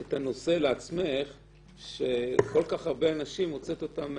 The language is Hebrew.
את הנושא לעצמך שלא נוכל לדעת על כל כך הרבה אנשים פעם שנייה,